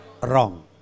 Wrong